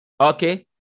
Okay